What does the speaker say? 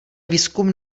výzkum